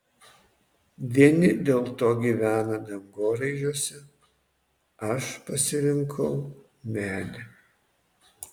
vieni dėl to gyvena dangoraižiuose aš pasirinkau medį